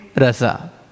rasa